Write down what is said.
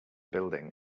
building